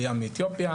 עלייה מאתיופיה,